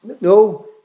No